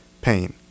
pain